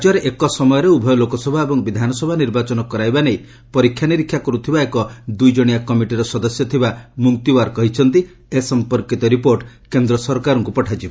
ରାଜ୍ୟରେ ଏକ ସମୟରେ ଉଭୟ ଲୋକସଭା ଏବଂ ବିଧାନସଭା ନିର୍ବାଚନ କରାଇବା ନେଇ ପରିକ୍ଷାନିରିକ୍ଷା କରୁଥିବା ଏକ ଦୁଇ ଜଣିଆ କମିଟିର ସଦସ୍ୟ ଥିବା ମୁଗନ୍ତିୱାର୍ କହିଛନ୍ତି ଏ ସମ୍ପର୍କୀତ ରିପୋର୍ଟ କେନ୍ଦ୍ ସରକାରଙ୍କୁ ପଠାଯିବ